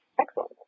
Excellent